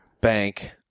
bank